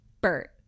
Bert